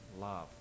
love